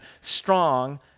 strong